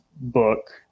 book